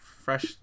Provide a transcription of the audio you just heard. Fresh